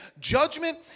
judgment